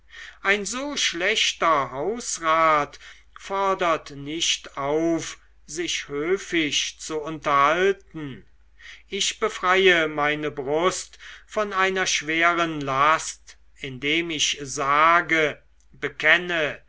ein so schlechter hausrat fordert nicht auf sich höfisch zu unterhalten ich befreie meine brust von einer schweren last indem ich sage bekenne